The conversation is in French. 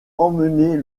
emmener